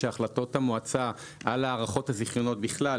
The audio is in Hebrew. שהחלטות המועצה על הארכות הזיכיונות בכלל,